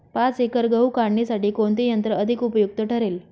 पाच एकर गहू काढणीसाठी कोणते यंत्र अधिक उपयुक्त ठरेल?